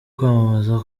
kwamamaza